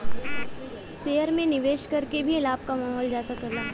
share में निवेश करके भी लाभ कमावल जा सकला